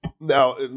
Now